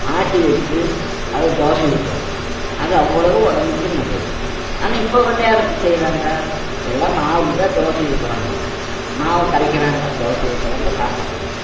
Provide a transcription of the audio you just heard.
ஆட்டி வச்சு அது தோசை ஊற்றணும் அது அவ்வளோவும் உடம்புக்கு நல்லது ஆனால் இப்போ வந்து யாரு அப்படி செய்கிறாங்க எல்லாம் மாவில் தான் தோசை ஊற்றுறாங்க மாவை கரைக்கிறாங்க தோசை ஊற்றுறாங்க சாப்பிட்றாங்க